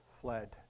fled